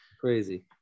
crazy